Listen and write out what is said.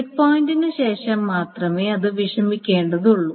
check പോയിന്റിന് ശേഷം മാത്രമേ അത് വിഷമിക്കേണ്ടതുള്ളൂ